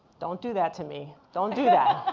don't do that to me. don't do that.